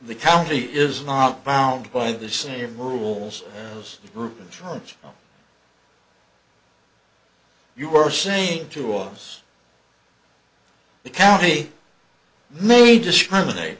the county is not bound by the same rules as the group in charge you are saying to us the county may discriminate